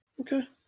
Okay